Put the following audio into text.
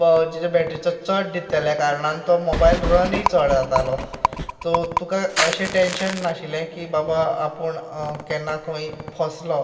तेज्या बॅटरीचो चड दितल्या कारणान तो मोबायल रनूय चड जातालो तो तुका अशें टेंशन नाशिल्ले की बाबा आपूण केन्ना खंय फसलो